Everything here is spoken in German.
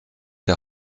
der